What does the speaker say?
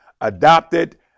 adopted